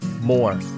more